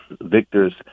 victors